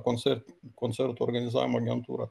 koncertų koncertų organizavimo agentūrų